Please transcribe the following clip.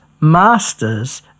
masters